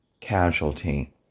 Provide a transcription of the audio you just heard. casualty